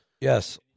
Yes